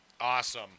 Awesome